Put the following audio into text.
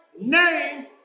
name